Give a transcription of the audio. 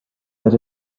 that